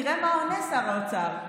תראה מה עונה שר האוצר.